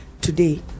today